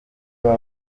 baba